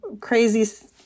crazy